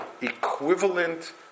equivalent